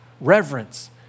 reverence